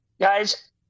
guys